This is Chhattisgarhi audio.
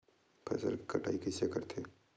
फसल के कटाई कइसे करथे?